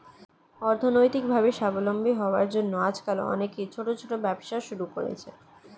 অর্থনৈতিকভাবে স্বাবলম্বী হওয়ার জন্য আজকাল অনেকেই ছোট ছোট ব্যবসা শুরু করছে